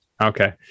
Okay